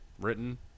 written